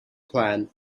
plan